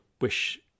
wish